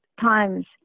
times